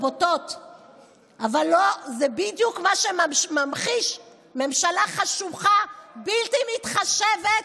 אם זה מה שייתן לך את הביטחון,